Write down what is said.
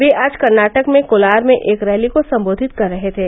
वे आज कर्नाटक में कोलार में एक रैली को सम्बोधित कर रहे थे